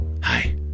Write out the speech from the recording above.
Hi